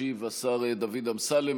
ישיב השר דוד אמסלם.